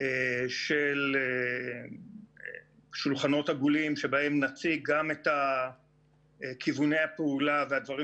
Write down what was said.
של שולחנות עגולים שבהם נציג גם את כיווני הפעולה והדברים